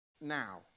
now